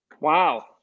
Wow